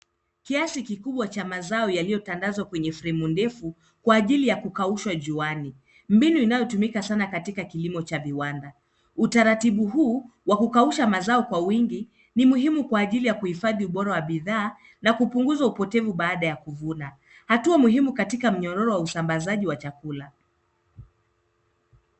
Kiasi kikubwa cha mazao yalitandazwa kwenye fremu ndefu kwa ajili ya kukaushwa juani. Mbinu inayotumika sana katika kilimo cha viwanda. Utaratibu huu wa kukausha mazao kwa wingi ni muhimu kwa ajili ya kuhifadhi ubora wa bidhaa na kupunguza upotevu baada ya kuvuna. Hatua muhimu katika mnyororo wa usambazaji wa chakula.